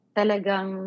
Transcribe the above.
talagang